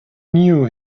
knew